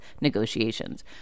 negotiations